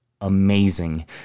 amazing